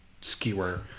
skewer